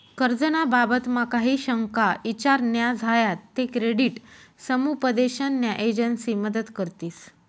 कर्ज ना बाबतमा काही शंका ईचार न्या झायात ते क्रेडिट समुपदेशन न्या एजंसी मदत करतीस